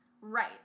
Right